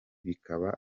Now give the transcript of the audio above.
bikaba